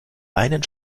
einen